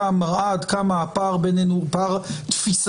מראה עד כמה הפער בינינו הוא הוא פער תפיסתי.